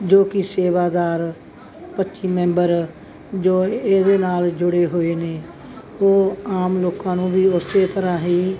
ਜੋ ਕਿ ਸੇਵਾਦਾਰ ਮੈਂਬਰ ਜੋ ਇਹਦੇ ਨਾਲ ਜੁੜੇ ਹੋਏ ਨੇ ਉਹ ਆਮ ਲੋਕਾਂ ਨੂੰ ਵੀ ਉਸੇ ਤਰ੍ਹਾਂ ਹੀ